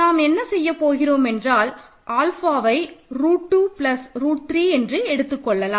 நாம் என்ன செய்யப் போகிறோம் என்றால் ஆல்ஃபாவை ரூட் 2 பிளஸ் ரூட் 3 என்று எடுத்துக்கொள்ளலாம்